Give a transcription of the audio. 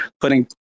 putting